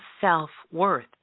self-worth